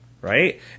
right